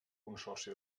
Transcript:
consorci